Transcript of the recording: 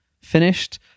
finished